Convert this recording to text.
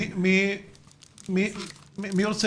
מי רוצה